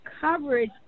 coverage